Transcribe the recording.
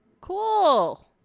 cool